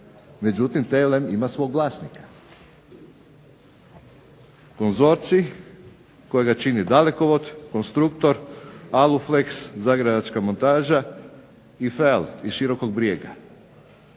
međutim TLM ima svog vlasnika. Konzorcij kojega čini Dalekovod, Konstruktor, Alu-fleks, Zagrebačka montaža i Feal iz Širokog Brijega.